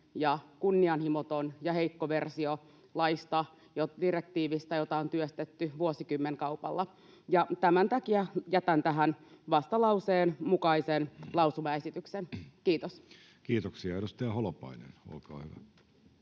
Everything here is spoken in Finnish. ja kunnianhimoton ja heikko versio direktiivistä, jota on työstetty vuosikymmenkaupalla. Tämän takia jätän tähän vastalauseen mukaisen lausumaesityksen. — Kiitos. [Speech